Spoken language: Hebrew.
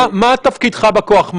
מה תפקידך בכוח?